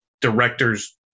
director's